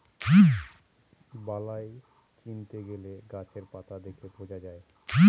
বালাই চিনতে গেলে গাছের পাতা দেখে বোঝা যায়